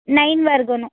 nine ವರ್ಗು